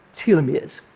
telomeres,